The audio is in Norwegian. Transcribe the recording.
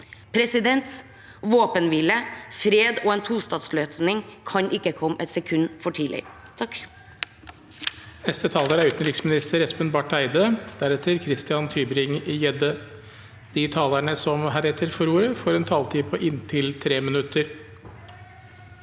mareritt. Våpenhvile, fred og en tostatsløsning kan ikke komme et sekund for tidlig.